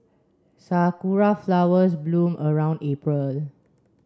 sakura flowers bloom around April